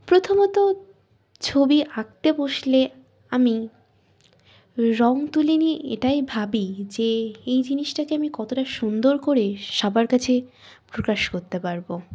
প্রথমত ছবি আঁকতে বসলে আমি রঙ তুলি নিয়ে এটাই ভাবি যে এই জিনিসটাকে আমি কতটা সুন্দর করে সবার কাছে প্রকাশ করতে পারব